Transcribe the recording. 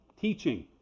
teaching